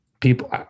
people